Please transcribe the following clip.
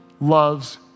loves